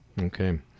Okay